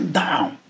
down